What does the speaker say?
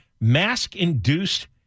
mask-induced